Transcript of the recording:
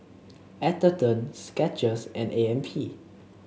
Atherton Skechers and A M P